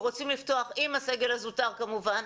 רוצים לפתוח עם הסגל הזוטר כמובן.